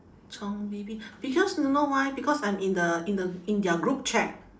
从：cong maybe because you know why because I'm in the in the in their group chat